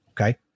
Okay